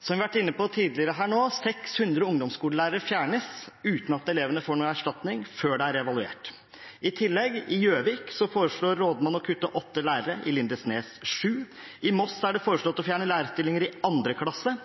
Som vi har vært inne på tidligere her i dag: 600 ungdomsskolelærerstillinger fjernes, uten at elevene får noen erstatning, og før det er evaluert. I tillegg foreslår rådmannen i Gjøvik å kutte 8 lærerstillinger, i Lindesnes er det foreslått å kutte 7 stillinger, i Moss er det foreslått å fjerne lærerstillinger i 2. klasse.